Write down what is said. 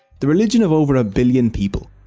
the religion of over a billion people,